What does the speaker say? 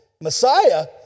Messiah